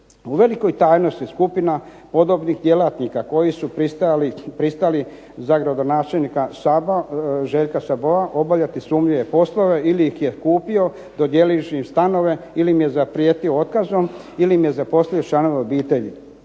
U velikoj tajnosti skupina podobnih djelatnika koji su pristali za gradonačelnika Saba, Željka Saboa obavljati sumnjive poslove ili ih je kupio dodijelivši im stanove ili im je zaprijetio otkazom ili im je zaposlio članove obitelji.